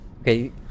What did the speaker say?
Okay